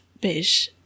beige